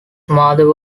mother